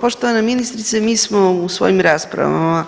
Poštovana ministrice mi smo u svojim raspravama